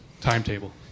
timetable